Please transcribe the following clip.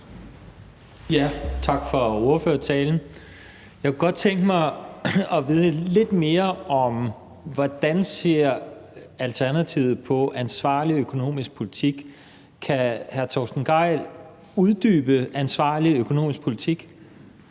(V): Tak for ordførertalen. Jeg kunne godt tænke mig at vide lidt mere om, hvordan Alternativet ser på ansvarlig økonomisk politik. Kan hr. Torsten Gejl uddybe ansvarlig økonomisk politik?